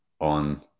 on